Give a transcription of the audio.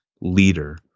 leader